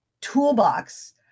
toolbox